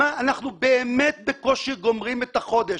אנחנו באמת בקושי גומרים את החודש.